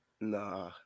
nah